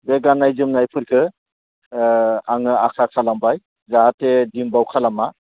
बे गान्नाय जोमनायफोरखो ओह आङो आखा खालामबाय जाहाथे दिनबाव खालामा